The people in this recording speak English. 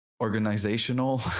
organizational